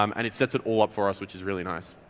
um and it sets it all up for us, which is really nice.